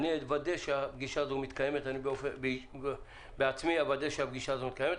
אני באופן אישי אוודא שהפגישה הזו מתקיימת.